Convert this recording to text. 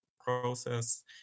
process